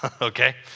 okay